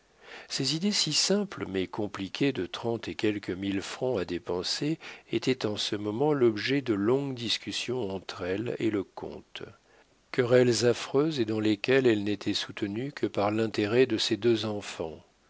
ses idées si simples mais compliquées de trente et quelques mille francs à dépenser étaient en ce moment l'objet de longues discussions entre elle et le comte querelles affreuses et dans lesquelles elle n'était soutenue que par l'intérêt de ses deux enfants